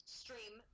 stream